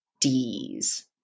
Ds